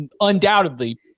undoubtedly